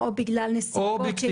כי יש